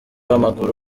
w’amaguru